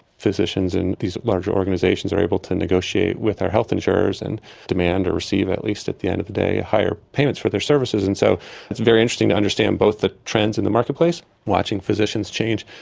physicians and these larger organisations are able to negotiate with our health insurers and demand or receive at least at the end of the day higher payments for their services, and so it's very interesting to understand both the trends in the marketplace, watching physicians change,